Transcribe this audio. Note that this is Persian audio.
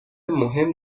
مهم